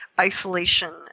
isolation